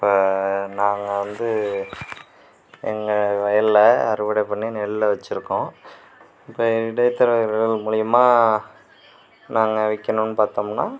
இப்போ நாங்கள் வந்து எங்கள் வயல்ல அறுவடை பண்ணி நெல்லை அவிச்சிருக்கோம் இப்போ இடைத்தரகர்கள் மூலியமாக நாங்கள் விற்கணும்னு பார்த்தோம்னா